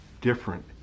different